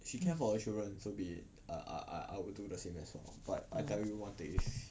mmhmm